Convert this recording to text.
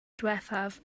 ddiwethaf